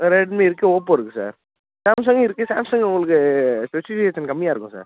Redmi இருக்குது Oppo இருக்குது sir சாம்சங்கும் இருக்குது சாம்சங் உங்களுக்கு ஸ்பெசிஃபிகேஷன் கம்மியாக இருக்கும் சார்